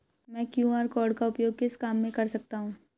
मैं QR code का उपयोग किस काम में कर सकता हूं?